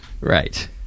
Right